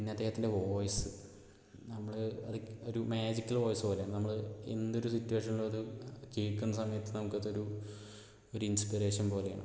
പിന്നെ അദ്ദേഹത്തിൻ്റെ വോയിസ് നമ്മൾ ഒരു മാജിക്കൽ വോയിസ് പോലെയാണ് നമ്മൾ എന്തൊരു സിറ്റുവേഷനിലും അത് കേൾക്കുന്ന സമയത്ത് നമുക്കതൊരു ഒരു ഇൻസ്പിറേഷൻ പോലെയാണ്